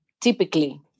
typically